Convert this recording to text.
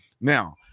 Now